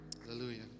hallelujah